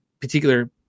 particular